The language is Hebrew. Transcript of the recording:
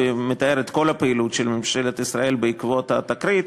ומתאר את כל הפעילות של ממשלת ישראל בעקבות התקרית.